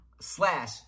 slash